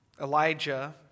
Elijah